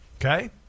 okay